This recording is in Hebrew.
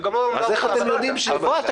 אז איך אתם יודעים שיהיה בלגן?